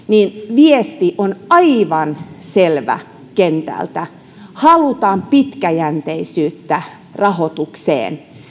viesti on aivan selvä kentältä halutaan pitkäjänteisyyttä rahoitukseen